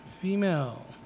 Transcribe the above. Female